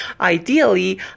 ideally